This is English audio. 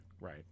Right